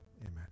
Amen